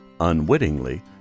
unwittingly